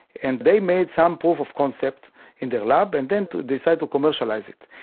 and they made some proof of concept in the lab and then decided to commercialise it.